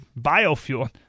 biofuel